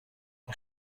این